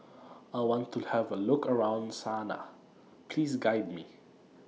I want to Have A Look around Sanaa Please Guide Me